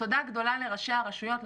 ותודה גדולה לראשי הרשויות,